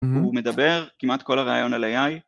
הוא מדבר כמעט כל הראיון על AI